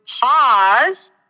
pause